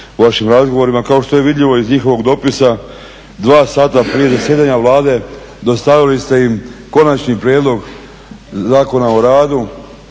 vašim razgovorima kao što je vidljivo iz njihovog dopisa, 2 sata prije zasjedanja Vlade dostavili ste im Konačni prijedlog Zakona o radu,